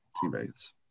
teammates